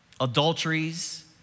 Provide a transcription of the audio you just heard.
adulteries